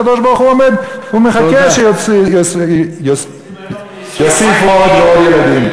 הקדוש-ברוך-הוא עומד ומחכה שיוסיפו עוד ועוד ילדים.